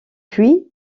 puits